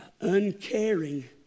uncaring